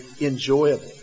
enjoyable